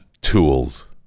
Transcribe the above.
tools